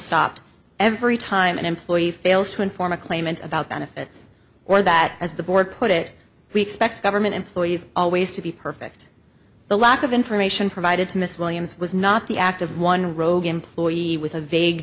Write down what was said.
stopped every time an employee fails to inform a claimant about benefits or that as the board put it we expect government employees always to be perfect the lack of information provided to miss williams was not the act of one rogue employee with a vague